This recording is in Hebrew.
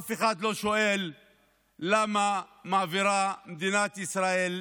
אף אחד לא שואל למה מעבירה מדינת ישראל,